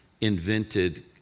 invented